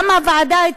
גם הוועדה,